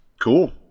Cool